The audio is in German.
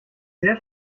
sehr